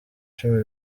cumi